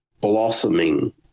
blossoming